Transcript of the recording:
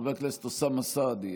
חבר הכנסת אוסאמה סעדי,